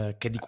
che